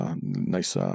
nice